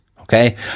okay